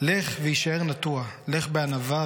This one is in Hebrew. "לך / והישאר נטוע / לך בענווה,